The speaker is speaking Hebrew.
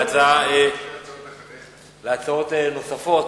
להצעות נוספות.